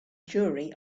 jury